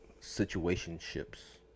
situationships